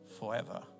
Forever